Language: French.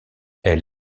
elle